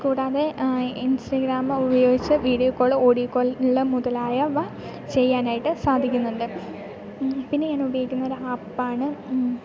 കൂടാതെ ഇൻസ്റ്റാഗ്രാം ഉപയോഗിച്ചു video call audio call ഉള്ള മുതലായവ ചെയ്യാനായിട്ട് സാധിക്കുന്നുണ്ട് പിന്നെ ഞാൻ ഉപയോഗിക്കുന്ന ഒരു ആപ്പാണ്